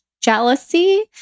jealousy